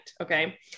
Okay